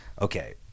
okay